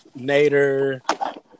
Nader